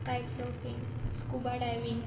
kite surfing scuba diving